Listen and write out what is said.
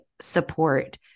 support